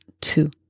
two